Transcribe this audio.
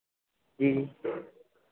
जी जी